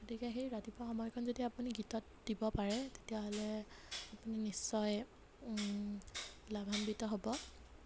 গতিকে সেই ৰাতিপুৱা সময়কণ যদি আপুনি গীতত দিব পাৰে তেতিয়াহ'লে আপুনি নিশ্চয় লাভান্বিত হ'ব